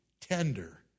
tender